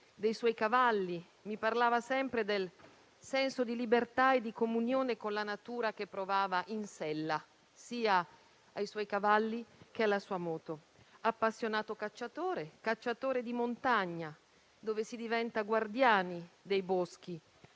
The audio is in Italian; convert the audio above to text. dei suoi cavalli, mi parlava sempre del senso di libertà e di comunione con la natura che provava in sella sia ai suoi cavalli, sia alla sua moto. Appassionato cacciatore di montagna, dove si diventa guardiani dei boschi,